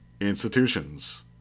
Institutions